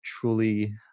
truly